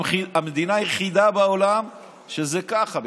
זו המדינה היחידה בעולם שזה ככה,